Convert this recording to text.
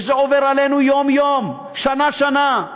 וזה עובר עלינו יום-יום, שנה-שנה.